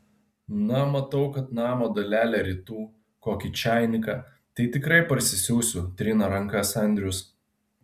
na matau kad namo dalelę rytų kokį čainiką tai tikrai parsisiųsiu trina rankas andrius